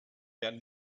werden